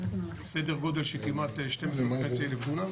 סדר גודל של כמעט 12,500 דונם